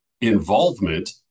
involvement